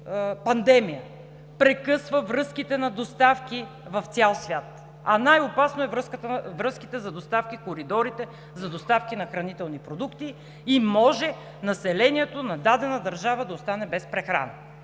пандемия прекъсва връзките на доставки в цял свят, а най-опасни са връзките за доставки, коридорите за доставки на хранителни продукти и може населението на дадена държава да остане без прехрана.